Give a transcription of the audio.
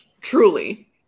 truly